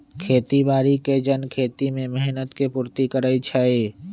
खेती बाड़ी के जन खेती में मेहनत के पूर्ति करइ छइ